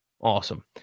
awesome